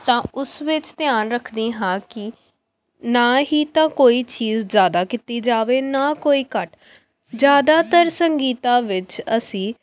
ਤਾਂ ਉਸ ਵਿੱਚ ਧਿਆਨ ਰੱਖਦੀ ਹਾਂ ਕਿ ਨਾ ਹੀ ਤਾਂ ਕੋਈ ਚੀਜ਼ ਜ਼ਿਆਦਾ ਕੀਤੀ ਜਾਵੇ ਨਾ ਕੋਈ ਘੱਟ ਜ਼ਿਆਦਾਤਰ ਸੰਗੀਤਾਂ ਵਿੱਚ ਅਸੀਂ